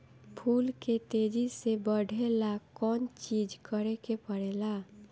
फूल के तेजी से बढ़े ला कौन चिज करे के परेला?